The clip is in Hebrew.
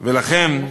ולכן,